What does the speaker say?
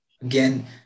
Again